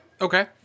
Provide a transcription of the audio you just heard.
okay